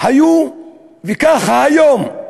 היו וככה היום.